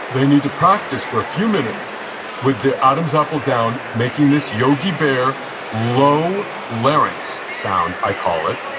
they need to practice for a few minutes with their adam's apple down, making this yogi bear low larynx sound, i call it,